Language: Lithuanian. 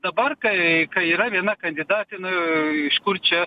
dabar kai yra viena kandidatė nu iš kur čia